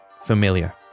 familiar